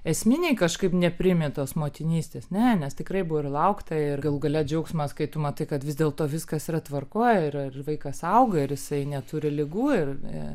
esminiai kažkaip nepriimi tos motinystės ne nes tikrai buvo ir laukta ir galų gale džiaugsmas kai tu matai kad vis dėlto viskas yra tvarkoj ir ir vaikas auga ir jisai neturi ligų ir